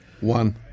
One